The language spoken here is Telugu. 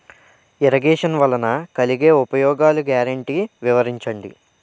ఇరగేషన్ వలన కలిగే ఉపయోగాలు గ్యారంటీ వివరించండి?